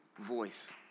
voice